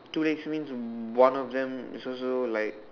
two legs means one of them is also like